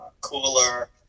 cooler